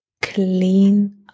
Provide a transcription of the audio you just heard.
clean